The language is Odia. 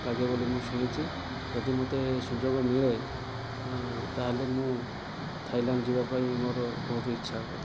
ଲାଗେ ବୋଲି ମୁଁ ଶୁଣିଛି ଯଦି ମୋତେ ସୁଯୋଗ ମିଳେ ତାହେଲେ ମୁଁ ଥାଇଲ୍ୟାଣ୍ଡ ଯିବା ପାଇଁ ମୋର ବହୁତ ଇଚ୍ଛା ହୁଏ